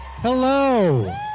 Hello